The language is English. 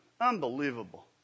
unbelievable